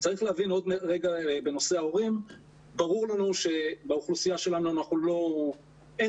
עוד בנושא ההורים - ברור לנו שבאוכלוסייה שלנו אין